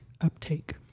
uptake